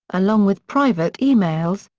along with private emails,